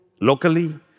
locally